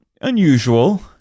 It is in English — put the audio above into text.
unusual